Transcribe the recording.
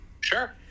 Sure